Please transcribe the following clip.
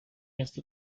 este